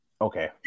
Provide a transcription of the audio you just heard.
Okay